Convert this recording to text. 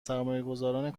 سرمایهگذاران